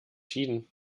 tiden